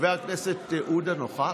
חבר הכנסת עודה נוכח?